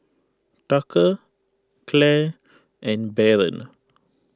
Tucker Clair and Baron